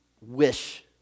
wish